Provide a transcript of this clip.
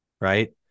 right